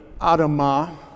Adama